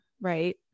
right